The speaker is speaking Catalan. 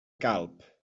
calp